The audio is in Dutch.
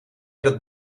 dat